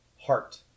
heart